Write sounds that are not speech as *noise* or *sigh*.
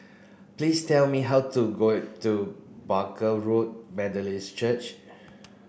please tell me how to *unintelligible* to Barker Road Methodist Church